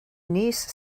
niece